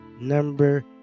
number